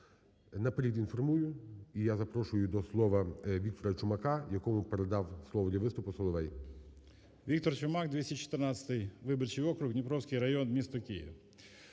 Наперед інформую. І я запрошую до слова Віктора Чумака, якому передав слово для виступу Соловей. 13:55:47 ЧУМАК В.В. Віктор Чумак, 214 виборчий округ, Дніпровський район, місто Київ.